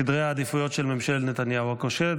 סדרי העדיפויות של ממשלת נתניהו הכושלת.